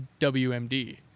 WMD